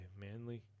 Manly